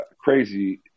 crazy